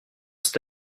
c’est